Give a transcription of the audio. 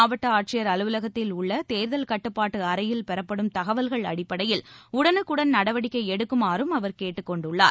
மாவட்ட ஆட்சியர் அலுவலகத்தில் உள்ள தேர்தல் கட்டுப்பாட்டு அறையில் பெறப்படும் தகவல்கள் அடிப்படையில் உடலுக்குடன் நடவடிக்கை எடுக்குமாறும் அவர் கேட்டுக் கொண்டுள்ளார்